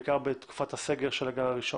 בעיקר בתקופת הסגר של הגל הראשון.